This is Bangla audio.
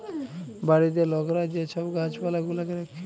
বাড়িতে লকরা যে ছব গাহাচ পালা গুলাকে রাখ্যে